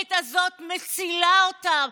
התוכנית הזו מצילה אותם,